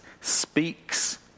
speaks